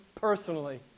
personally